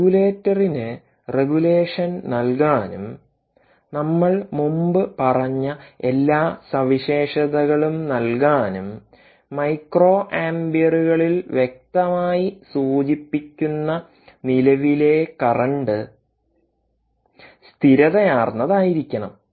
റെഗുലേറ്ററിന് regulation നൽകാനും നമ്മൾ മുമ്പ് പറഞ്ഞ എല്ലാ സവിശേഷതകളും നൽകാനും മൈക്രോ ആമ്പിയറുകളിൽ വ്യക്തമായി സൂചിപ്പിക്കുന്ന നിലവിലെ കറന്റ് സ്ഥിരതയാർന്നതായിരിക്കണം